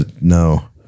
No